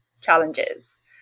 challenges